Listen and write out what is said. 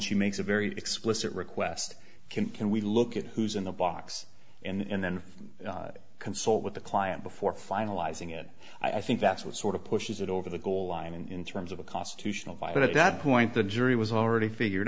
she makes a very explicit request can we look at who's in the box and then consult with the client before finalizing it i think that's what sort of pushes it over the goal line in terms of a constitutional by that at that point the jury was already figured